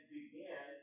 began